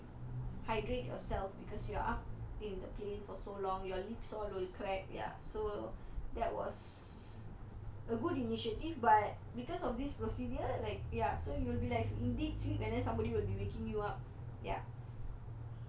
hydrate yourself because you are up in the plane for so long your lips all will crack so ya so that was a good initiative but because of this procedure like so ya you'll be in deep sleep and then somebody will be waking you up ya